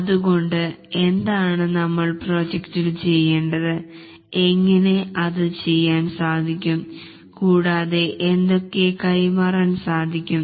അതുകൊണ്ടു എന്താണ് നമ്മൾ പ്രോജക്ടിൽ ചെയ്യേണ്ടത് എങ്ങിനെ അത് ചെയ്യാൻ സാധിക്കും കൂടാതെ എന്തൊക്കെ കൈമാറാൻ സാധിക്കും